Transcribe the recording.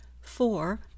four